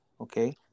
okay